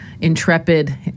intrepid